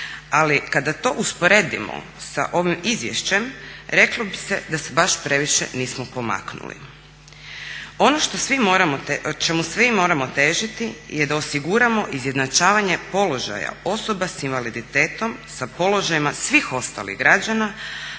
ali kada to usporedimo sa ovim izvješćem reklo bi se da se baš previše nismo pomaknuli. Ono što svi moramo, čemu svi moramo težiti je da osiguramo izjednačavanje položaja osoba sa invaliditetom sa položajima svih ostalih građana